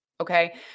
Okay